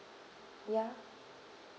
ya